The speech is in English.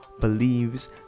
believes